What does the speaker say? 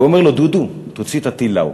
ואומר לו: דודו, תוציא את טיל הלאו.